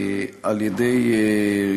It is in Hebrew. על-ידי,